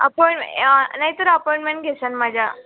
अपॉइन ना नाहीतर अपॉइंटमेट घेशाल माझ्या